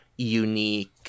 unique